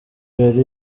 jolly